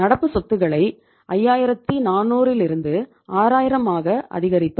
நடப்பு சொத்துக்களை 5400ரிலிருந்து 6000மாக அதிகரித்தோம்